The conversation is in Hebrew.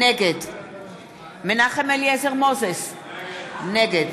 נגד מנחם אליעזר מוזס, נגד